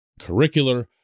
curricular